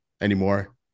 anymore